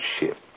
ship